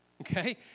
Okay